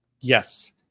Yes